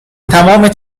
تمام